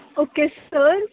okay sir